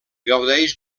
gaudeix